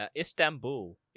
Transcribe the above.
Istanbul